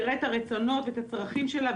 יראה את הרצונות ואת הצרכים שלה,